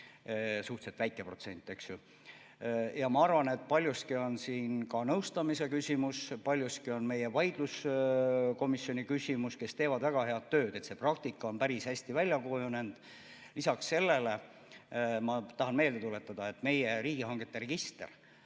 suhteliselt väike protsent, eks. Ma arvan, et paljuski on siin ka nõustamise küsimus, paljuski on meie vaidluskomisjoni küsimus. Nad teevad väga head tööd, see praktika on päris hästi välja kujunenud. Lisaks, ma tahan meelde tuletada, et meie riigihangete register